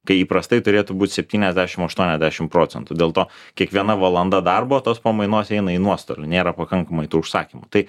kai įprastai turėtų būti septyniasdešimt aštuoniasdešimt procentų dėl to kiekviena valanda darbo tos pamainos eina į nuostolį nėra pakankamai tų užsakymų tai